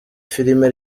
filime